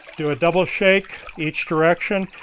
do a double shake each direction,